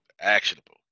actionable